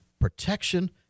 protection